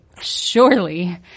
surely